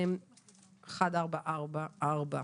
מ/1444.